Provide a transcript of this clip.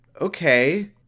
okay